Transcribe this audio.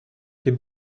den